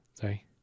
Sorry